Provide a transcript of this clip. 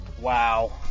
wow